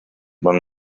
man